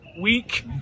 week